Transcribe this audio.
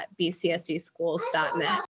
bcsdschools.net